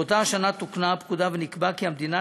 באותה שנה תוקנה הפקודה ונקבע כי המדינה